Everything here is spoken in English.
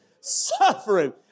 Suffering